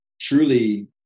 Truly